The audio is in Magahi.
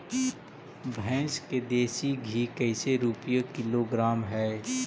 भैंस के देसी घी कैसे रूपये किलोग्राम हई?